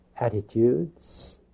Attitudes